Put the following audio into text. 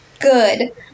good